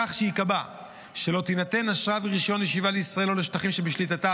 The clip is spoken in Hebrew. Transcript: כך שייקבע שלא יינתנו אשרה ורישיון לישיבה בישראל או בשטחים שבשליטתה